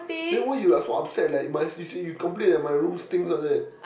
then why you like so upset like you you complain my room stinks like that